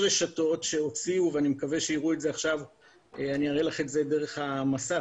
אני אראה לך את זה דרך המסך,